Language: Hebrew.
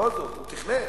בכל זאת הוא תכנן.